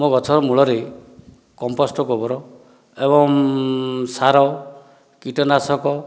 ମୋ ଗଛର ମୂଳରେ କମ୍ପୋଷ୍ଟ ଗୋବର ଏବଂ ସାର କୀଟନାଶକ